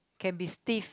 can be stiff